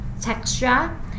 texture